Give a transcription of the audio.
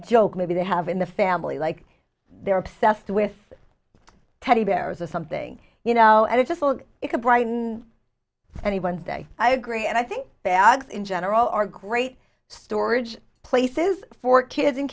joke maybe they have in the family like they're obsessed with teddy bears are something you know and it just will brighten anyone's day i agree and i think bags in general are great storage places for kids in